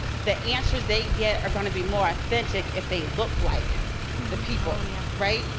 the answers they get are going to be more authentic if they look like the people, yeah right,